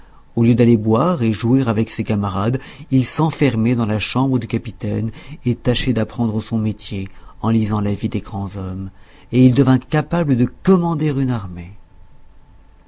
au lieu d'aller boire et jouer avec ses camarades il s'enfermait dans la chambre du capitaine et tâchait d'apprendre son métier en lisant la vie des grands hommes et il devint capable de commander une armée